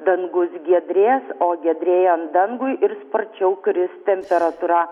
dangus giedrės o giedrėjant dangui ir sparčiau kris temperatūra